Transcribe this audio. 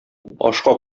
ашка